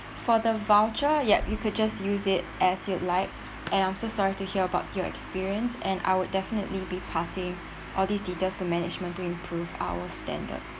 for the voucher ya you could just use it as you like and I'm so sorry to hear about your experience and I would definitely be passing all these details to management to improve our standards